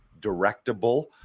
directable